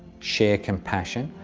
share compassion,